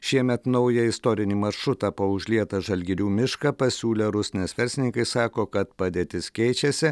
šiemet naują istorinį maršrutą po užlietą žalgirių mišką pasiūlę rusnės verslininkai sako kad padėtis keičiasi